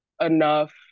enough